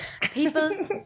People